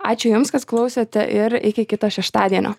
ačiū jums kas klausėte ir iki kito šeštadienio